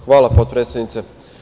Hvala potpredsednice.